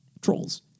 trolls